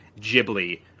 Ghibli